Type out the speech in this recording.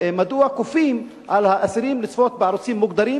מדוע כופים על האסירים לצפות בערוצים מוגדרים